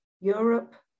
Europe